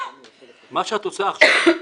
מה שאת עושה עכשיו,